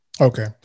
Okay